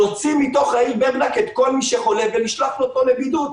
להוציא מתוך העיר בני ברק את כל מי שחולה ולשלוח אותו לבידוד,